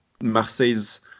Marseille's